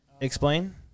explain